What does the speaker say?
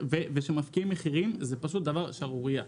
ושמפקיעים מחירים, זה פשוט שערורייה.